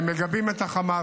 הם מגבים את החמאס,